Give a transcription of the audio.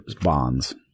bonds